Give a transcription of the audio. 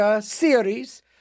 series